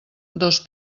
dos